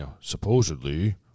supposedly